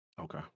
Okay